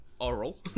oral